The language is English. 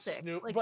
Snoop